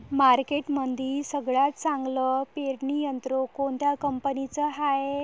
मार्केटमंदी सगळ्यात चांगलं पेरणी यंत्र कोनत्या कंपनीचं हाये?